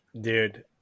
Dude